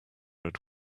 had